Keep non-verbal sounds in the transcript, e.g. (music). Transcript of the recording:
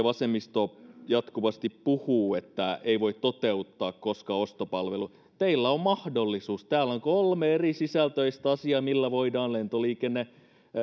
(unintelligible) vasemmisto jatkuvasti puhuvat että ei voi toteuttaa koska ostopalvelu teillä on mahdollisuus täällä on kolme erisisältöistä asiaa millä voidaan lentoliikenne